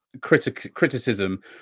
criticism